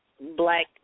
black